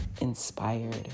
inspired